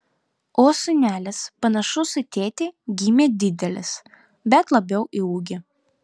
o sūnelis panašus į tėtį gimė didelis bet labiau į ūgį